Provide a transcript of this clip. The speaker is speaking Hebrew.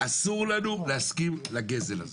אסור לנו להסכים לגזל הזה.